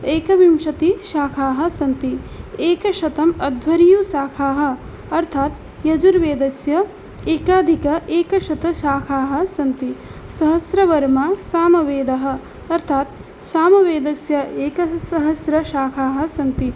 एकविंशतिशाखाः सन्ति एकशतम् अध्वर्युशाखाः अर्थात् यजुर्वेदस्य एकाधिक एकशतं शाखाः सन्ति सहस्रवर्त्मा सामवेदः अर्थात् सामवेदस्य एकसहस्रशाखाः सन्ति